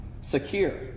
secure